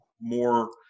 more